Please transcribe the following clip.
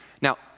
Now